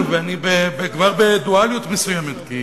ואני כבר בדואליות מסוימת, כי